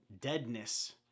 deadness